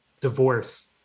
divorce